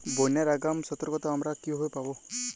বন্যার আগাম সতর্কতা আমরা কিভাবে পাবো?